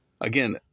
again